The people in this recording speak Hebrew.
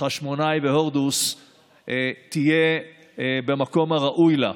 חשמונאי והורדוס תהיה במקום הראוי לה.